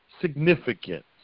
significance